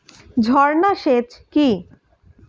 ঝর্না সেচ কি?